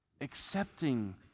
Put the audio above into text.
accepting